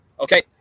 Okay